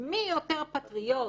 מי יותר פטריוט,